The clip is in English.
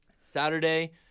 Saturday